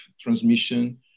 transmission